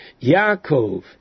Yaakov